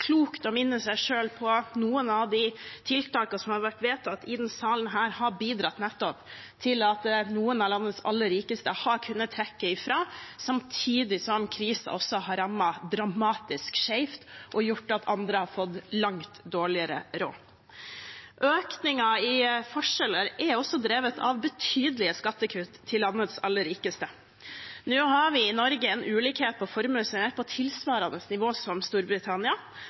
klokt å minne seg selv på at noen av de tiltakene som har vært vedtatt i denne salen, har bidratt nettopp til at noen av landets aller rikeste har kunnet dra fra, samtidig som krisen også har rammet dramatisk skjevt og gjort at andre har fått langt dårligere råd. Økningen i forskjeller er også drevet av betydelige skattekutt til landets aller rikeste. Nå har vi i Norge en ulikhet i formue som er på tilsvarende nivå som i Storbritannia,